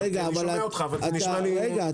כי אני שומע אותך וזה נשמע לי משונה.